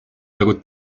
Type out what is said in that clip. nagu